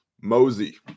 Mosey